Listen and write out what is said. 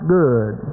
good